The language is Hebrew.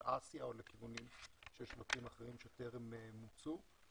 אסיה או לכיוון של שווקים אחרים שטרם מוצו.